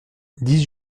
dix